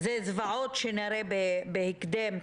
זה זוועות שנראה בהקדם,